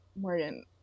morgan